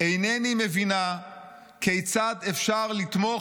--- אינני מבינה כיצד אפשר לתמוך